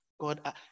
God